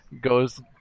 goes